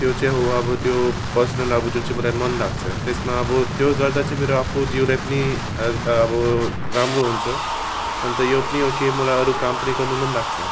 त्यो चाहिँ हो अब त्यो पर्सनल अब जुन चाहिँ मलाई मन लाग्छ त्यसमा अब त्यो गर्दा चाहिँ मेरो आफू जिउलाई पनि अब राम्रो हुन्छ अन्त यो पनि हो कि मलाई अरू काम पनि गर्नु मन लाग्छ